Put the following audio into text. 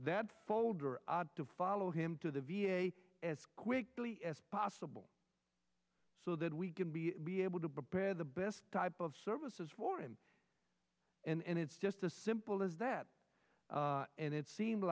that folder to follow him to the v a as quickly as possible so that we can be be able to prepare the best type of services for him and it's just a simple as that and it seemed